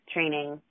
training